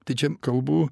tai čia kalbu